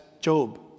Job